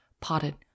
potted